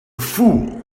fool